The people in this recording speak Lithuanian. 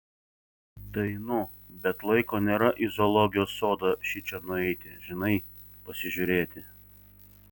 tai nu bet laiko nėra į zoologijos sodą šičia nueiti žinai pasižiūrėti